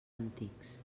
antics